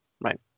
right